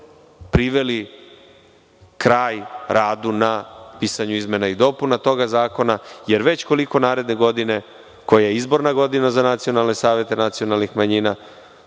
priveli kraj radu na pisanju izmena tog zakona, jer već koliko naredne godine, koja je izborna godina za nacionalne savete nacionalnih manjina,